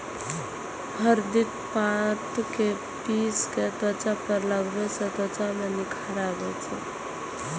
हरदिक पात कें पीस कें त्वचा पर लगाबै सं त्वचा मे निखार आबै छै